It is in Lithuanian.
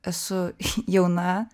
esu jauna